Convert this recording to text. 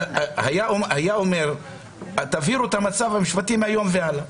היה אומר, תבהירו את המצב המשפטי מהיום והלאה.